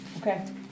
Okay